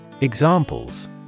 Examples